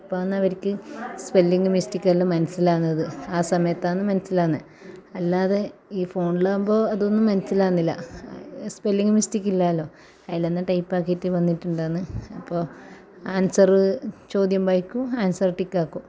അപ്പന്നവെരിക്ക് spelling mistake എല്ലാം മനസ്സിലാകുന്നത് ആ സമയത്താണ് മനസ്സിലാകുന്നത് അല്ലാതെ ഈ ഫോണിലാകുമ്പോൾ അതൊന്നും മനസ്സിലാകുന്നില്ല സെപെല്ലിങ്ങ് മിസ്റ്റേക്ക് ഇല്ലാലോ അതിലൊന്ന് ടൈപ്പ് ആക്കിയിട്ട് വന്നിട്ടുണ്ടോന്ന് അപ്പോൾ ആൻസറ് ചോദ്യം വായിക്കും ആൻസർ ടിക്ക് ആക്കും